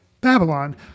Babylon